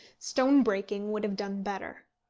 stone-breaking would have done better.